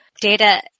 data